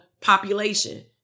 population